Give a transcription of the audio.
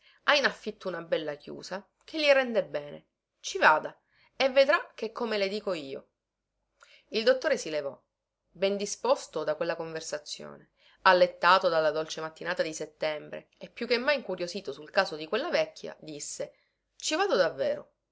ha in affitto una bella chiusa che gli rende bene ci vada e vedrà che è come le dico io il dottore si levò ben disposto da quella conversazione allettato dalla dolce mattinata di settembre e più che mai incuriosito sul caso di quella vecchia disse ci vado davvero